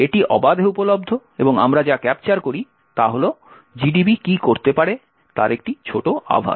এটি অবাধে উপলব্ধ এবং আমরা যা ক্যাপচার করি তা হল gdb কী করতে পারে তার একটি ছোট আভাস